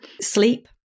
sleep